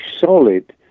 solid